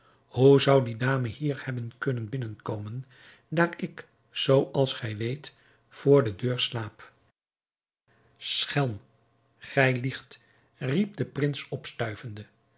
hoe zou die dame hier hebben kunnen binnen komen daar ik zoo als gij weet vr de deur slaap schelm gij liegt riep de prins opstuivende